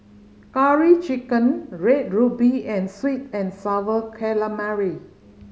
Curry Chicken Red Ruby and sweet and Sour Calamari